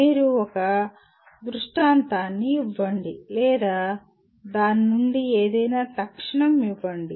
మీరు ఒక ఉదాహరణ దృష్టాంతాన్ని ఇవ్వండి లేదా దాని నుండి ఏదైనా తక్షణం ఇవ్వండి